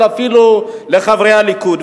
אפילו של חברי הליכוד.